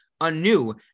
anew